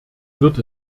wird